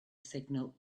signal